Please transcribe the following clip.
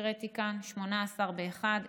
הקראתי כאן: 18 באחד,